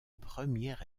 premier